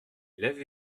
lève